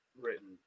written